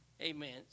Amen